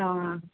ആ ആ